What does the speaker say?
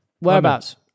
Whereabouts